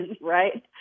right